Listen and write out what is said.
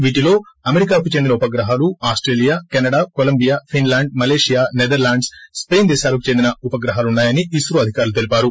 వీటిలో అమెరికాకు చెందిన ఉపగ్రహాలు Australia Colombia Finland Malaysia Netherland Spain దేశాలకు చెందిన ఉపగ్రహాలు ఉన్నాయని ఇన్రో అధికారులు తెలిపారు